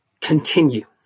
continue